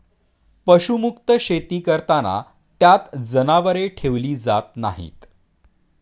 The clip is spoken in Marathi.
पशुमुक्त शेती करताना त्यात जनावरे ठेवली जात नाहीत